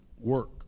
work